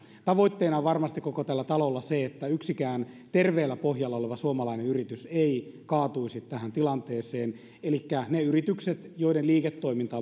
tavoitteena on varmasti koko tällä talolla se että yksikään terveellä pohjalla oleva suomalainen yritys ei kaatuisi tähän tilanteeseen elikkä pelastettaisiin ne yritykset joiden liiketoiminta